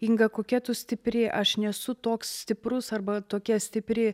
inga kokia tu stipri aš nesu toks stiprus arba tokia stipri